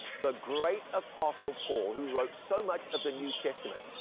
the great apostle paul, who wrote so much of the new testament,